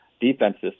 defenses